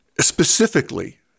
specifically